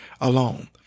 alone